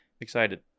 excited